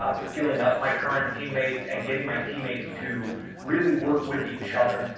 um scaling up my current teammates and getting my teammates to really work with each other,